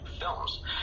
films